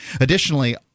Additionally